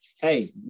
hey